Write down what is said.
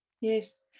yes